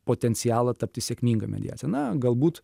potencialą tapti sėkminga mediacija na galbūt